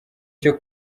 cyo